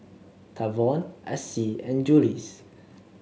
Tavon Acie and Jules